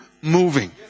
moving